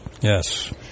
Yes